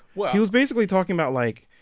well. he was basically talking about, like,